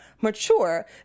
mature